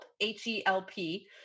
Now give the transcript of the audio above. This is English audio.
H-E-L-P